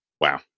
Wow